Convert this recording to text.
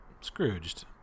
scrooged